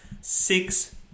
six